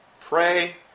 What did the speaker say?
pray